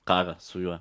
karą su juo